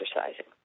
exercising